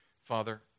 Father